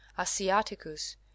asiaticus